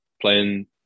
playing